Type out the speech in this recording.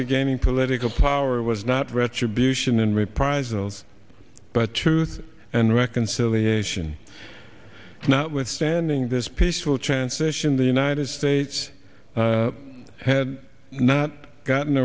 to gaining political power was not retribution and reprisals but truth and reconciliation notwithstanding this peaceful transition the united states had not gotten